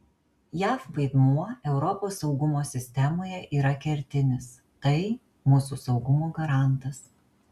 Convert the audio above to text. jav vaidmuo europos saugumo sistemoje yra kertinis tai mūsų saugumo garantas